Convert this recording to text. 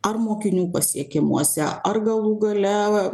ar mokinių pasiekimuose ar galų gale